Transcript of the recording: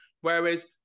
Whereas